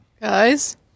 Guys